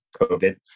COVID